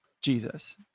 Jesus